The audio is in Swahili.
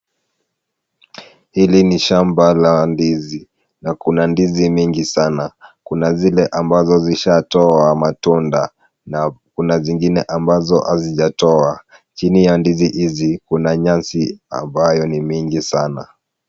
Hili ni shamba la ndizi, na kuna ndizi mingi sana, kuna zile ambazo zishatoa matunda na kuna zingine ambazo hazijatoa, chini ya ndizi hizi kuna nyasi ambayo ni mingi sana.